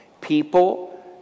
people